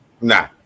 Nah